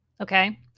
Okay